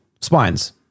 spines